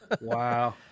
Wow